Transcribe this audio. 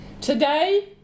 Today